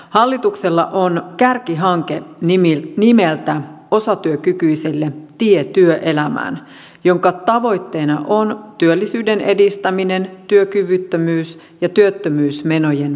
hallituksella on kärkihanke nimeltä osatyökykyisille tie työelämään jonka tavoitteena on työllisyyden edistäminen ja työkyvyttömyys ja työttömyysmenojen pienentäminen